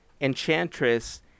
Enchantress